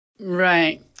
Right